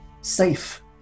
safe